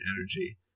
energy